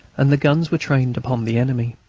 and the guns were trained upon the enemy.